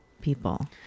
people